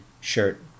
shirt